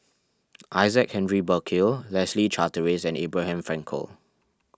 Isaac Henry Burkill Leslie Charteris and Abraham Frankel